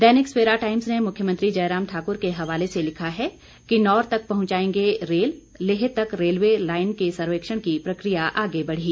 दैनिक Savera Times ने मुख्यमंत्री जयराम ठाकुर के हवाले से लिखा है किन्नौर तक पहुंचाएंगे रेल लेह तक रेलवे लाइन के सर्वेक्षण की प्रक्रिया आगे बढ़ी